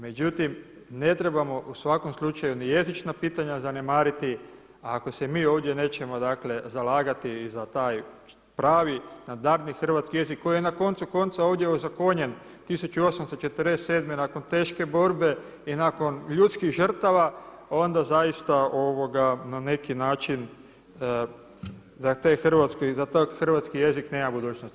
Međutim, ne trebamo u svakom slučaju ni jezična pitanja zanemariti, ako se mi ovdje nećemo dakle zalagati i za taj pravi standardni hrvatski jezik koji je na koncu konca ovdje ozakonjen 1847. nakon teške borbe i nakon ljudskih žrtava onda zaista na neki način za taj hrvatski, za taj hrvatski jezik nema budućnosti.